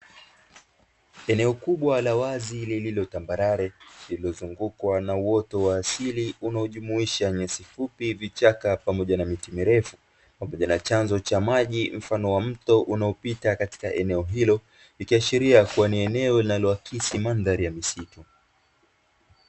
Eneo kubwa la wazi lililo tambarare lililozungukwa na uoto wa asili, unaojumuisha nyasi fupi, vichaka pamoja na miti mirefu, pamoja chanzo cha maji mfano wa mto unaopita katika eneo hilo, ikiashiria kuwa ni eneo linaloakisi mandhari ya misitu.